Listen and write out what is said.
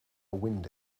wind